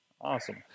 Awesome